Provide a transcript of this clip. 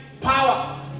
power